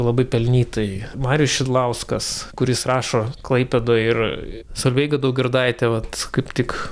labai pelnytai marijus šidlauskas kuris rašo klaipėdoj ir solveiga daugirdaitė vat kaip tik